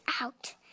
out